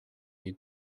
you